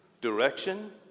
direction